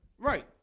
Right